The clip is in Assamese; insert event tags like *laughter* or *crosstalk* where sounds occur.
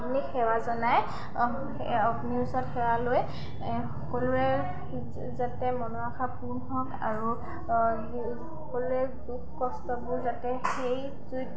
*unintelligible* সেৱা জনাই অগ্নিৰ ওচৰত সেৱা লৈ সকলোৰে যাতে মনৰ আশা পূৰণ হওক আৰু সকলোৰে দুখ কষ্টবোৰ যাতে সেই জুইত